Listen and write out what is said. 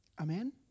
Amen